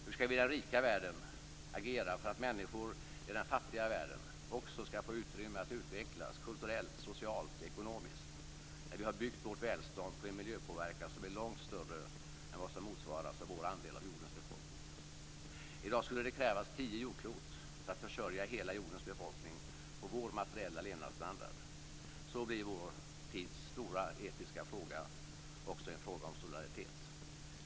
Hur skall vi i den rika världen agera för att människor i den fattiga världen också skall få utrymme att utvecklas kulturellt, socialt och ekonomiskt när vi har byggt vårt välstånd på en miljöpåverkan som är långt större än vad som motsvaras av vår andel av jordens befolkning. I dag skulle det krävs tio jordklot för att försörja hela jordens befolkning på vår materiella levnadsstandard. Så blir vår tids stora etiska fråga också en fråga om solidaritet.